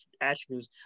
attributes